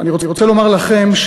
אני רוצה לומר לכם,